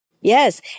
Yes